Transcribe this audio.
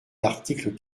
l’article